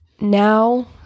now